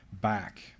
back